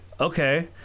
okay